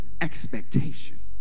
expectation